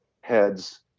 heads